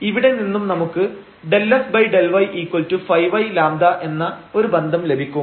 ഇവിടെനിന്നും നമുക്ക് ∂f∂yϕy λ എന്ന ഒരു ബന്ധം ലഭിക്കും